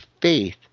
faith